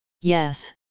Yes